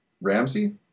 Ramsey